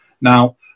Now